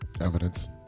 evidence